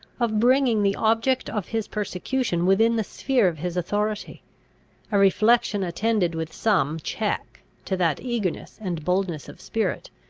of bringing the object of his persecution within the sphere of his authority a reflection attended with some check to that eagerness and boldness of spirit,